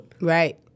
Right